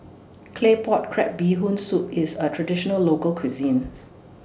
Claypot Crab Bee Hoon Soup IS A Traditional Local Cuisine